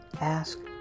ask